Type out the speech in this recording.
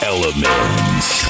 Elements